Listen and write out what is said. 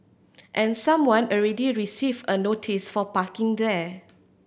and someone already received a notice for parking there